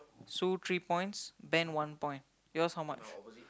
Sue three points Ben one point yours how much